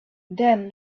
then